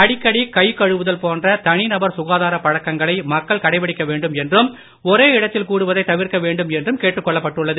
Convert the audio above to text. அடிக்கடி கை கழுவுதல் போன்ற தனிநபர் சுகாதார பழக்கங்களை மக்கள் கடைபிடிக்க வேண்டும் என்றும் ஒரே இடத்தில் கூடுவதை தவிர்க்க வேண்டும் என்றும் கேட்டுக்கொள்ளப்பட்டுள்ளது